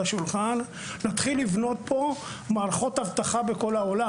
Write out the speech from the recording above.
השולחן להתחיל לבנות פה מערכות אבטחה בכל העולם.